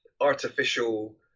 artificial